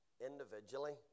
individually